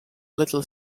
little